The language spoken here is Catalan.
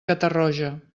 catarroja